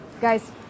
Guys